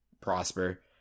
prosper